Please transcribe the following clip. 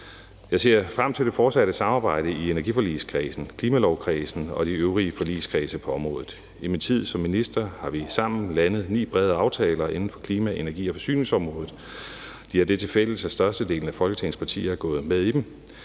Jeg ser frem til det fortsatte samarbejde i energiforligskredsen, klimalovskredsen og de øvrige forligskredse på området. I min tid som minister har vi sammen landet ni brede aftaler inden for klima-, energi- og forsyningsområdet. De har det tilfælles, at størstedelen af Folketingets partier er gået med i dem.